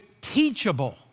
teachable